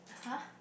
!huh!